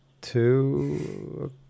two